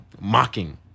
mocking